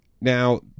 Now